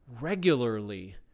regularly